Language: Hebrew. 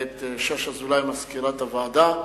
את שוש אזולאי, מזכירת הוועדה,